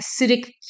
acidic